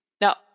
Now